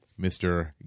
Mr